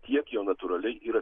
tiek jo natūraliai yra